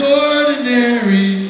ordinary